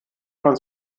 von